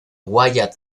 wyatt